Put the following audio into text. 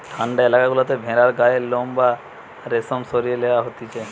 ঠান্ডা এলাকা গুলাতে ভেড়ার গায়ের লোম বা রেশম সরিয়ে লওয়া হতিছে